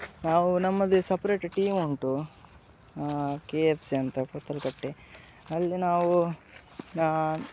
ನಾವು ನಮ್ಮದೆ separate team ಉಂಟು ಕೆ ಎಫ್ ಸಿ ಅಂತ ಪುತ್ತುಲ್ಕಟ್ಟೆ ಅಲ್ಲಿ ನಾವು ನಾನು